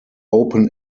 open